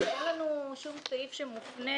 שאין לנו שום סעיף שמופנה